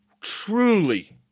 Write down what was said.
truly